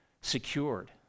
secured